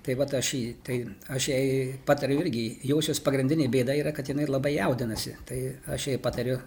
tai vat aš i tai aš jai patariu irgi jaučias pagrindinė bėda yra kad jinai labai jaudinasi tai aš jai patariu